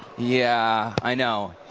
yeah, i know.